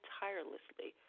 tirelessly